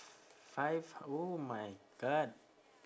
five oh my god